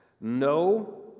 No